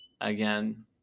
again